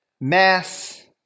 mass